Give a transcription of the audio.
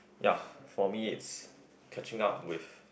ya for me it's catching out with